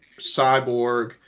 Cyborg